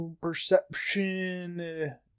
Perception